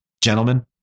Gentlemen